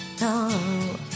no